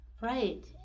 Right